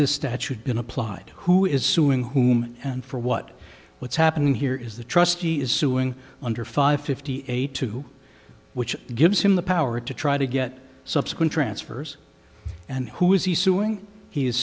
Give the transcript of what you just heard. this statute been applied who is suing whom and for what what's happening here is the trustee is suing under five fifty eight to which gives him the power to try to get subsequent transfers and who is he suing he is